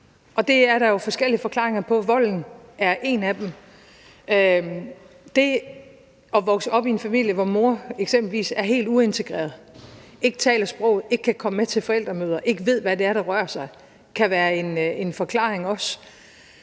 Det er der jo forskellige forklaringer på – volden er en af dem. Det at vokse op i en familie, hvor mor eksempelvis er helt uintegreret, ikke taler sproget, ikke kan komme med til forældremøder og ikke ved, hvad der rører sig, kan også være en forklaring.